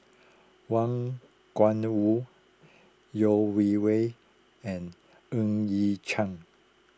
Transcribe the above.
Wang Gungwu Yeo Wei Wei and Ng Yat Chuan